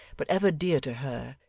but ever dear to her,